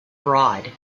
broad